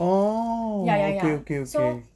orh okay okay okay